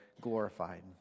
glorified